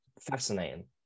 fascinating